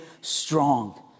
strong